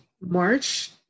March